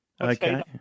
Okay